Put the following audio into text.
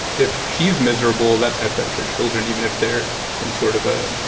if she's miserable that's affect her children even if they're in sort of a